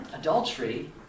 adultery